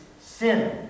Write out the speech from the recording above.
sin